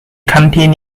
kantin